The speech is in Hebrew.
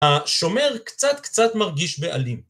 השומר קצת קצת מרגיש בעלים.